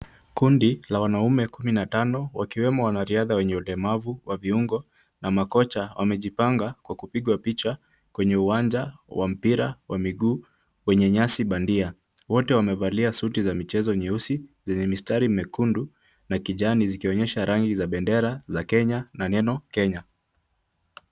Kundi la wanaume kumi na tano wakiwemo wanariadha wenye ulemavu wa viungo na makocha wamejipanga kwa kupigwa picha kwenye uwanja wa mipira wa miguu wenye nyasi bandia. Wote wamevalia suti za michezo nyeusi zenye mistari mekundu na kijani zikionyesha rangi za bendera za Kenya na neno Kenya.